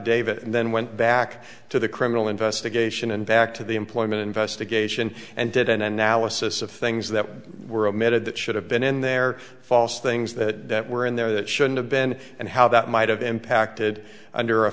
affidavit and then went back to the criminal investigation and back to the employment investigation and did an analysis of things that were omitted that should have been in there false things that were in there that shouldn't have been and how that might have impacted under a